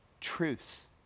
truth